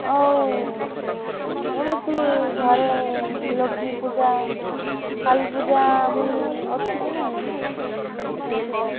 ଅଉ ଏମିତି ଘରେ ଲକ୍ଷ୍ମୀ ପୂଜା କାଳି ପୂଜା ବୋଲି ଅଛି କି ନାହିଁ ସେମିତି ଟା